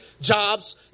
jobs